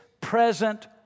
present